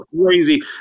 crazy